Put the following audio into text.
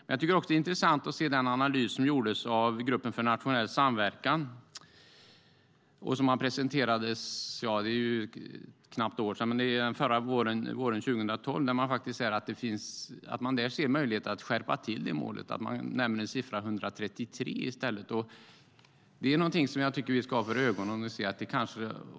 Det är också intressant att titta på den analys som gjordes av Gruppen för nationell samverkan, som presenterades för knappt ett år sedan - våren 2012. Där framgår att det är möjligt att skärpa målet. Siffran 133 nämns. Det är något som vi ska ha för ögonen.